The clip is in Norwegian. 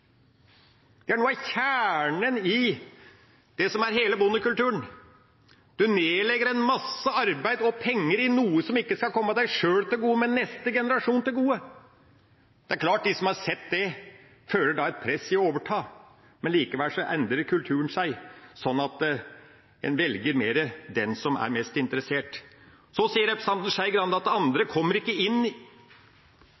de har gjort for å legge et grunnlag for neste generasjon. Det er noe av kjernen i hele bondekulturen. En nedlegger en masse arbeid og penger i noe som ikke skal komme en selv til gode, men som skal komme neste generasjon til gode. Det er klart at de som har sett det, føler et press med hensyn til å overta, men likevel endrer kulturen seg, slik at en oftere velger den som er mest interessert. Så sier representanten Skei Grande